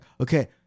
okay